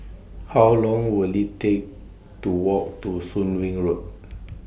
How Long Will IT Take to Walk to Soon Wing Road